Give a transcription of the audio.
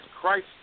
Christ